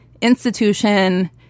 institution